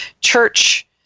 church